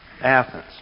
Athens